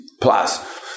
plus